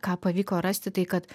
ką pavyko rasti tai kad